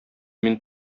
мин